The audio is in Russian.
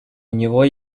него